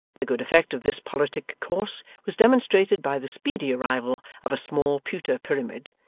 the good effect of this politic course was demonstrated by the speedy arrival of a small pewter pyramid,